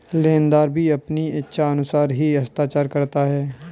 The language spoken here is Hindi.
लेनदार भी अपनी इच्छानुसार ही हस्ताक्षर करता है